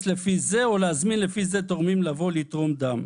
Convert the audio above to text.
לפי זה או להזמין לפי זה תורמים לבוא לתרום דם".